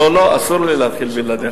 לא, לא, אסור לי להתחיל בלעדיך.